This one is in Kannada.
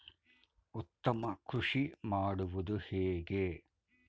ಉತ್ತಮ ಕೃಷಿ ಮಾಡುವುದು ಹೇಗೆ?